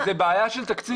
זו בעיה של תקציב.